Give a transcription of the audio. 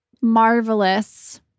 marvelous